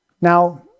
Now